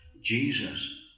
Jesus